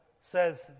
says